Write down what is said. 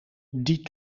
die